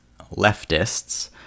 leftists